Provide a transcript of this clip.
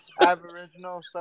aboriginal